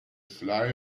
fly